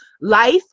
life